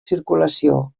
circulació